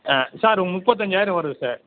ஆ sir ஒரு முப்பத்தஞ்சாயிரம் வருது சார்